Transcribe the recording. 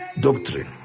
doctrine